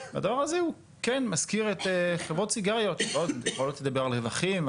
והדבר הזה הוא כן מזכיר את חברות סיגריות שיכולות לדבר על רווחים.